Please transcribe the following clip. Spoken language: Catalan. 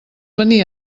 venir